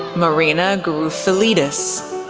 mirina garoufalidis,